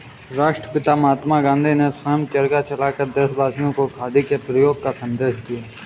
राष्ट्रपिता महात्मा गांधी ने स्वयं चरखा चलाकर देशवासियों को खादी के प्रयोग का संदेश दिया